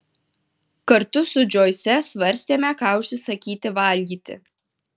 kartu su džoise svarstėme ką užsisakyti valgyti